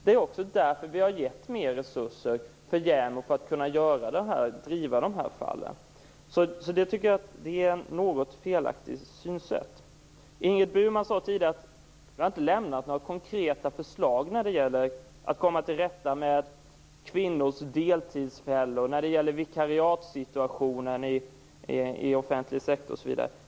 Det är också därför vi har gett JämO mer resurser för att kunna driva de här frågorna. Jag tycker att Ingrid Burman har ett något felaktigt synsätt. Ingrid Burman sade tidigare att vi inte lämnat några konkreta förslag för att komma till rätta med kvinnors deltidsfällor, vikariatssituationen i offentlig sektor osv.